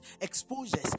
exposures